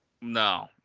no